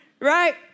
Right